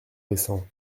récents